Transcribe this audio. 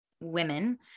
women